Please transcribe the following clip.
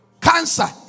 Cancer